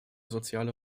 soziale